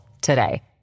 today